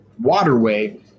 waterway